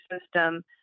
system